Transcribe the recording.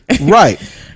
Right